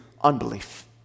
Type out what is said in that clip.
unbelief